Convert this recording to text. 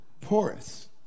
porous